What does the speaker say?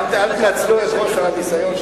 אל תנצלו את חוסר הניסיון שלי.